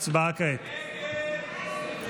ההסתייגויות לסעיף 16